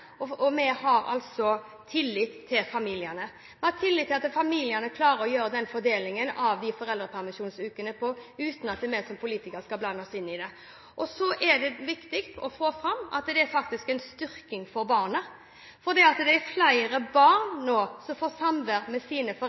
familiene. Og vi har altså tillit til familiene. Vi har tillit til at familiene klarer å foreta den fordelingen av de foreldrepermisjonsukene uten at vi som politikere skal blande oss inn i det. Så er det viktig å få fram at det faktisk er en styrking for barnet, fordi det er flere barn som nå får samvær med sine